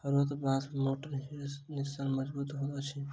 हरोथ बाँस मोट, निस्सन आ मजगुत होइत अछि